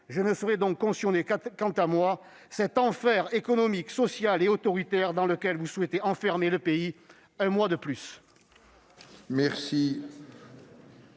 je ne saurais cautionner cet enfer économique, social et autoritaire dans lequel vous souhaitez enfermer le pays un mois de plus.